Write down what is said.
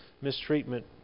mistreatment